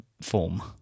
form